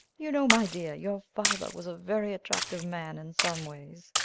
you know, my dear, your father was a very attractive man in some ways.